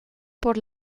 por